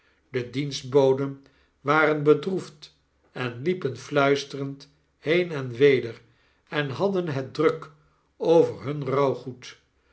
de dienstbodenwarenbedroefd en liepen fluisterend heen en weder en hadden het druk over hun